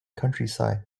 countryside